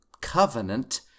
covenant